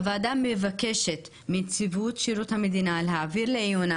הוועדה מבקשת מנציבות שירות המדינה להעביר לעיונה